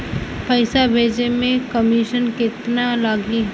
पैसा भेजे में कमिशन केतना लागि?